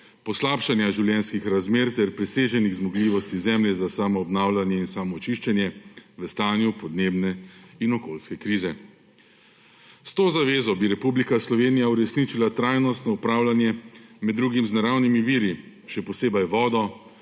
poslabšanja življenjskih razmer ter preseženih zmogljivosti Zemlje za samoobnavljanje in samoočiščenje v stanju podnebne in okoljske krize. S to zavezo bi Republika Slovenija uresničila trajnostno upravljanje, med drugim z naravnimi viri, še posebej vodo,